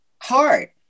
hard